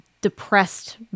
depressed